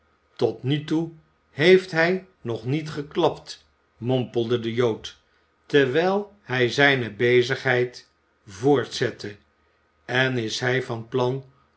tot nu toe heeft hij nog niet geklapt mommelde de jood terwijl hij zijne bezigheid voortzette en is hij van plan